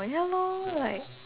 ya lor like